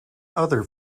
other